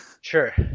Sure